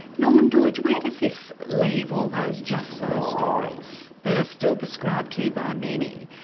norman doidge where does this leave all those just so stories that are still subscribed to by many,